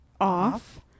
off